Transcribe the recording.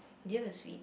do you have a sweet